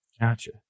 Gotcha